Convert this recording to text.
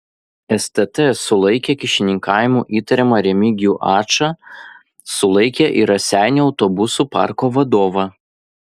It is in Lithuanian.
stt sulaikė kyšininkavimu įtariamą remigijų ačą sulaikė ir raseinių autobusų parko vadovą